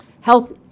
health